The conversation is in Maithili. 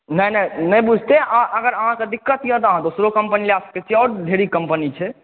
नहि नहि नहि बुझतै अगर अहाँके दिक़्क़त यऽ तऽ अहाँ दोसरो कम्पनी जा सकै छी आओर ढेरी कम्पनी छै